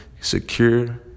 secure